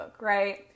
right